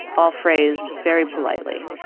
all phrased very politely.